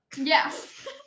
Yes